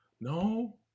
No